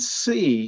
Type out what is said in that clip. see